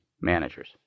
managers